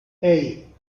hey